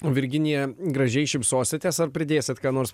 o virginija gražiai šypsositės ar pridėsit kad ką nors